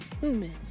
human